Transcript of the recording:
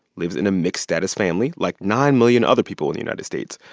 lives in a mixed-status family, like nine million other people in the united states.